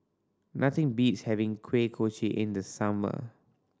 nothing beats having Kuih Kochi in the summer